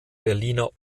berliner